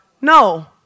No